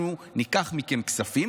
אנחנו ניקח מכם כספים.